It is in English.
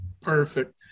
Perfect